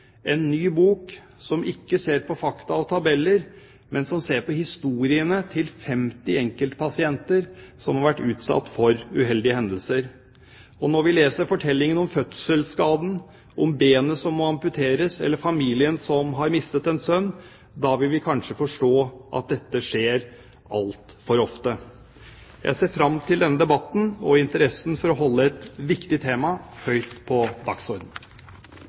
en ny bok, som ikke ser på fakta og tabeller, men som ser på historiene til 50 enkeltpasienter som har vært utsatt for uheldige hendelser. Og når vi leser fortellinger om fødselsskaden, om benet som må amputeres eller familien som har mistet en sønn, vil vi kanskje forstå at dette skjer altfor ofte. Jeg ser fram til denne debatten og interessen for å holde et viktig tema høyt på dagsordenen.